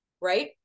right